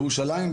ירושלים,